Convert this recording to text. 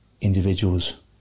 individuals